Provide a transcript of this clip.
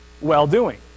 Well-doing